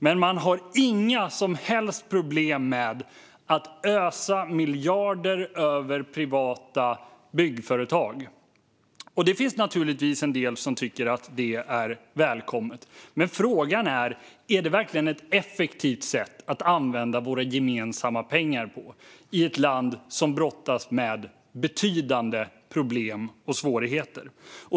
Men man har inga som helst problem med att ösa miljarder över privata byggföretag. Det finns naturligtvis en del som tycker att det är välkommet. Men frågan är: Är det verkligen ett effektivt sätt att använda våra gemensamma pengar i ett land som brottas med betydande problem och svårigheter?